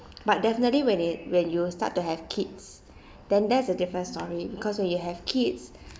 but definitely when it when you start to have kids then that's a different story because when you have kids